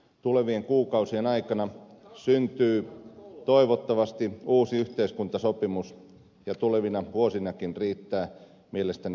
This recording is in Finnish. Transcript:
tulevien kuukausien aikana syntyy toivottavasti uusi yhteiskuntasopimus ja tulevina vuosinakin riittää mielestäni kolmikannalle töitä